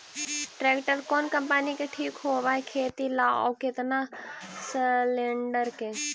Tractor कोन company के ठीक होब है खेती ल औ केतना सलेणडर के?